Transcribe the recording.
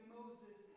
Moses